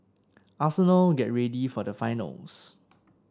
Arsenal get ready for the finals